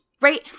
right